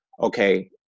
okay